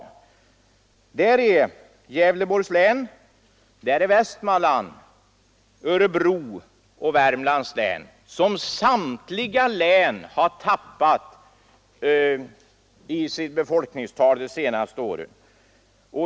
Där är Gävleborgs län, där är Västmanlands, Örebro och Värmlands län, som samtliga har tappat i sitt befolkningstal de senaste åren.